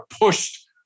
pushed